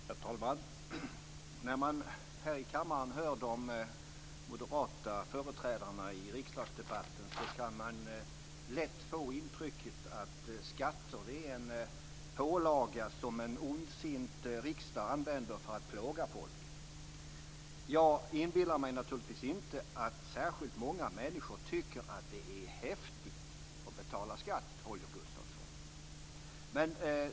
Herr talman! När man här i kammaren hör de moderata företrädarna i riksdagsdebatten kan man lätt få intrycket att skatter är en pålaga som en ondsint riksdag använder för att plåga folk. Jag inbillar mig naturligtvis inte att särskilt många människor tycker att det är "häftigt" att betala skatt, Holger Gustafsson!